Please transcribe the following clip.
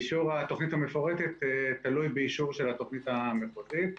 אישור התוכנית המפורטת תלוי באישור של התוכנית המחוזית.